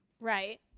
Right